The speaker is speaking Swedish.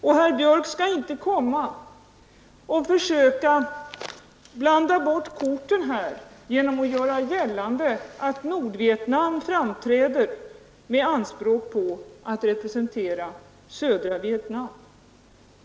Och herr Björck skall inte komma och försöka blanda bort korten här genom att göra gällande att Nordvietnam framträder med anspråk på att representera södra Vietnam.